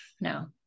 No